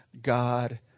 God